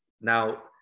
Now